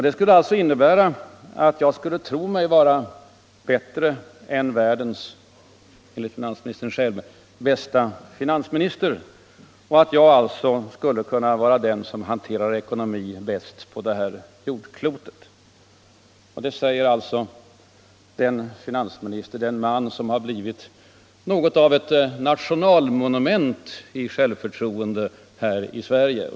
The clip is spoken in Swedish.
Det skulle alltså innebära att jag skulle tro mig vara bättre än världens — enligt finansministern själv — bästa finansminister och att jag alltså skulle kunna vara den som hanterade ekonomin bäst på det här jordklotet. Det säger alltså den man som blivit något av ett nationalmonument i självförtroende.